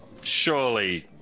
Surely